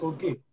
Okay